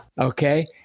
Okay